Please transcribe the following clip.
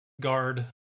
guard